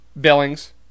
Billings